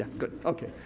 good, okay.